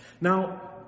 Now